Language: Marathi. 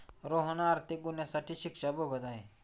रोहन आर्थिक गुन्ह्यासाठी शिक्षा भोगत आहे